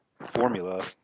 formula